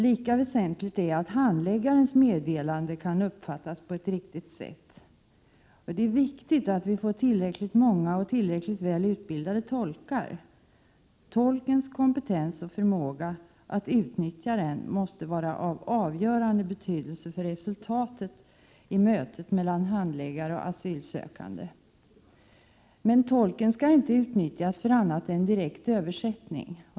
Lika väsentligt är att handläggarens meddelande kan uppfattas på ett riktigt sätt. Det är viktigt att vi får tillräckligt många och tillräckligt väl utbildade tolkar. Tolkens kompetens och förmågan att utnyttja denna måste vara av avgörande betydelse för resultatet av mötet mellan handläggare och asylsökande. Men tolken skall inte utnyttjas för annat än direkt översättning.